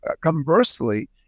Conversely